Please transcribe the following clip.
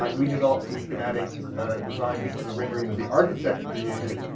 like we developed some schematic designs. this is a rendering that the architect created.